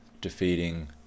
defeating